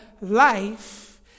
life